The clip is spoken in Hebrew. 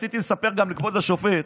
רציתי לספר גם לכבוד השופט